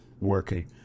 working